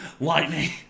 lightning